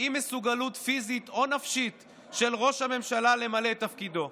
אי-מסוגלות פיזית או נפשית של ראש הממשלה למלא את תפקידו.